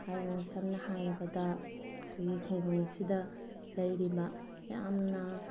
ꯍꯥꯏꯔ ꯁꯝꯅ ꯍꯥꯏꯔꯕꯗ ꯑꯩꯈꯣꯏꯒꯤ ꯈꯨꯡꯒꯪꯁꯤꯗ ꯂꯩꯔꯤꯕ ꯌꯥꯝꯅ